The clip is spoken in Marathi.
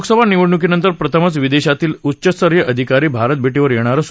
लोकसभा निवडणूकीनंतर प्रथमच विदेशातील उच्चस्तरीय अधिकारी भारतभेटीवर येणार आहेत